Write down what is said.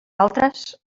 altres